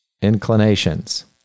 inclinations